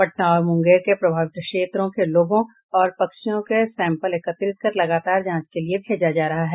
पटना और मूंगेर के प्रभावित क्षेत्रों के लोगों और पक्षियों के सैंपल एकत्रित कर लगातार जांच के लिए भेजा जा रहा है